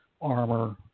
armor